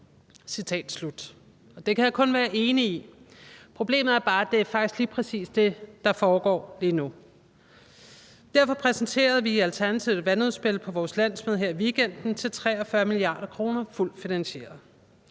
Det kan jeg kun være enig i. Problemet er bare, at det faktisk lige præcis er det, der foregår lige nu. Derfor præsenterede vi i Alternativet jo et vandudspil på vores landsmøde her i weekenden til 43 mia. kr., fuldt finansieret.